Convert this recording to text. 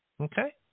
Okay